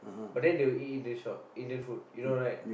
but then they will eat in this shop Indian food you know right